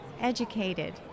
educated